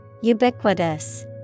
Ubiquitous